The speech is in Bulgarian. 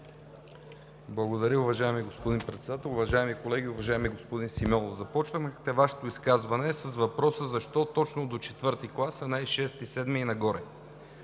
Благодаря, уважаеми господин Председател. Уважаеми колеги! Уважаеми господин Симеонов, започнахте Вашето изказване с въпроса: защо точно до IV клас, а не и VI, VII и нагоре?